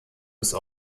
des